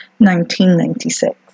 1996